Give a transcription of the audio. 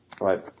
Right